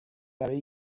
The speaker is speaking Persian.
برای